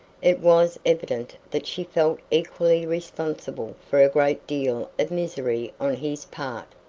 it was evident that she felt equally responsible for a great deal of misery on his part.